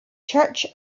church